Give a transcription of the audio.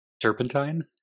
Turpentine